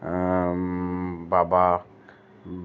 बाबा